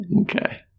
Okay